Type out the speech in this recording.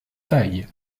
taille